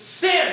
sin